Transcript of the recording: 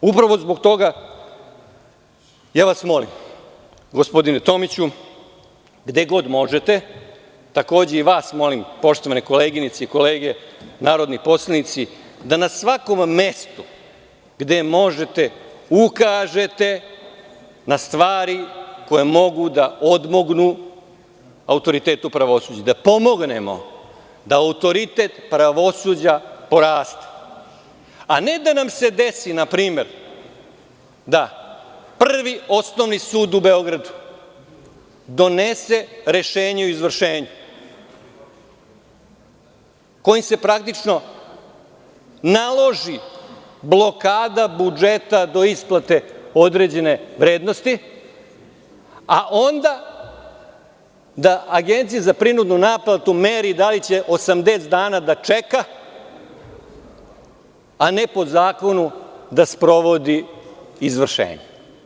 Upravo zbog toga, ja vas molim gospodine Tomiću, gde god možete, takođe i vas molim, poštovane koleginice i kolege, narodni poslanici, da na svakom mestu, gde možete, ukažete na stvari koje mogu da odmognu autoritetu pravosuđa, da pomognemo da autoritet pravosuđa poraste, a ne da nam se desi da Prvi osnovni sud u Beogradu da donese rešenje o izvršenju kojim se praktično naloži blokada budžeta do isplate određene vrednosti, a onda da Agencija za prinudnu naplatu meri da li će 80 dana da čeka, a ne po zakonu da sprovodi izvršenje.